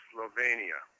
Slovenia